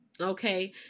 Okay